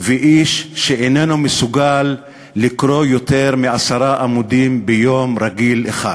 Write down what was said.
שאיננו מסוגל לקרוא יותר מעשרה עמודים ביום רגיל אחד.